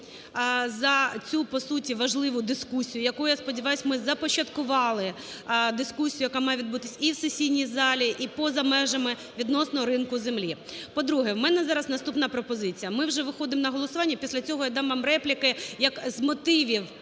за цю по суті важливу дискусію, яку, я сподіваюсь, ми започаткували, дискусію, яка має відбутися і в сесійній залі, і поза межами відносно ринку землі. По-друге, у мене зараз наступна пропозиція. Ми вже виходимо на голосування, після цього я дам вам репліки як з мотивів